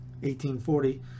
1840